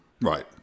right